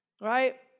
Right